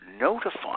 notify